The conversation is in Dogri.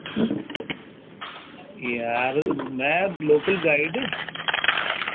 यार में लोकल गाइड